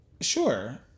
Sure